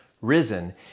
risen